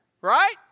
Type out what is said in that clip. Right